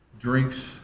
drinks